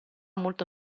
molto